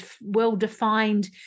well-defined